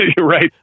Right